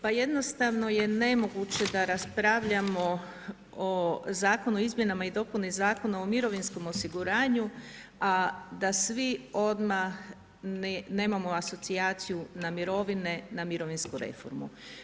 Pa jednostavno je nemoguće da raspravljamo o zakonu o izmjenama i dopuni Zakona o mirovinskom osiguranju, a da svi odmah nemamo asocijaciju na mirovine, na mirovinsku reformu.